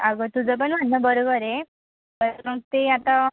अगं तुझं पण म्हणणं बरोबर आहे तर मग ते आता